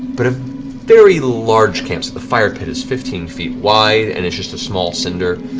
but a very large campsite. the fire pit is fifteen feet wide and is just a small cinder.